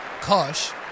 Kosh